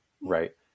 right